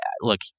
look